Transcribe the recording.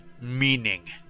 meaning